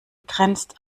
grenzt